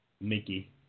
Mickey